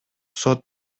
сот